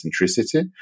centricity